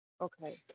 Okay